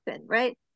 right